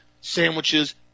sandwiches